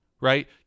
right